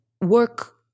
work